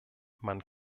man